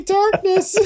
darkness